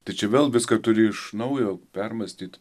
tai čia vėl viską turi iš naujo permąstyt